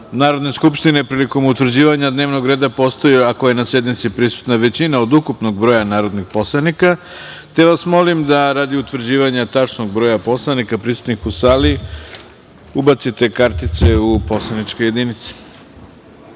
Narodne skupštine prilikom utvrđivanja dnevnog reda postoje ako je na sednici prisutna većina od ukupnog broja narodnih poslanika, te vas molim da radi utvrđivanja tačnog broja poslanika prisutnih u sali ubacite kartice u poslaničke